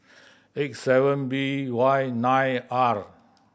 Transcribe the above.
eight seven B Y nine R